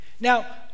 Now